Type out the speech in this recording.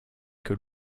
que